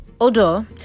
odor